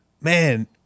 man